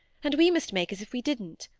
and we must make as if we didn't.